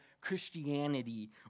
Christianity